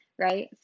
right